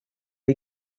hay